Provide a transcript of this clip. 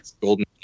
Golden